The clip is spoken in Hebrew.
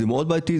זה מאוד בעייתי,